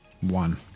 One